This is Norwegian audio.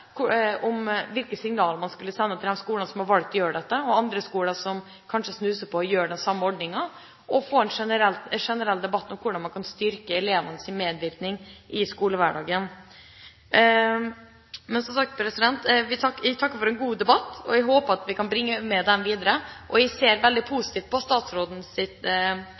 hvilke signaler man skulle sende til de skolene som har valgt å gjøre dette, og til andre skoler som kanskje snuser på den samme ordningen, og å få en generell debatt om hvordan man kan styrke elevenes medvirkning i skolehverdagen. Men – som sagt – jeg takker for en god debatt og håper at vi kan bringe den med videre. Jeg ser veldig positivt på